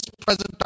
present